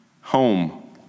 home